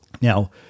Now